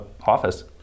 office